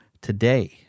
today